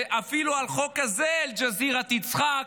ואפילו על חוק כזה אל-ג'זירה תצחק,